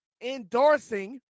endorsing